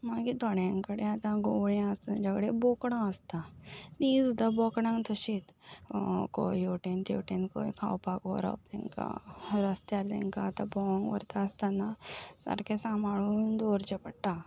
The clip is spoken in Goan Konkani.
मागीर थोड्यां कडेन आतां गंवळी आसता तेंच्या कडेन बोकडां आसता तीं सुद्दां बोकडां तशींच हे वटेन ते वटेन खंय खावपाक व्हरप तांकां रस्त्यार तांकां आतां भोवंक व्हरता आसतना सारकें सांबाळून दवरचें पडटा